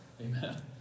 Amen